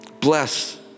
bless